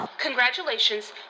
congratulations